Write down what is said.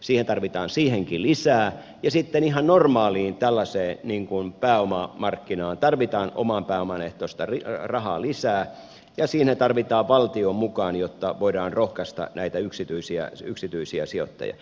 siihen tarvitaan siihenkin lisää ja sitten ihan normaaliin pääomamarkkinaan tarvitaan oman pääoman ehtoista rahaa lisää ja siihen tarvitaan valtio mukaan jotta voidaan rohkaista näitä yksityisiä sijoittajia